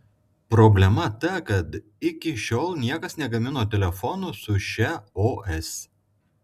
problema ta kad iki šiol niekas negamino telefonų su šia os